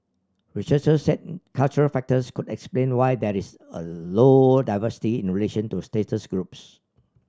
researchers said cultural factors could explain why there is a low diversity in relation to status groups